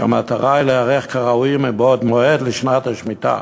והמטרה היא להיערך כראוי מבעוד מועד לשנת השמיטה.